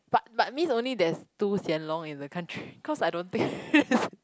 but but mean only there's two Hsien Loong in the country cause I don't think